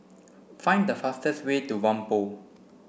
find the fastest way to Whampoa